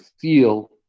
feel